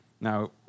Now